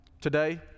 Today